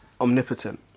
omnipotent